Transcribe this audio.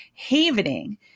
havening